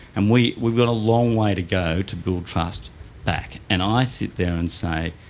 and we've we've got a long way to go to build trust back. and i sit there and say,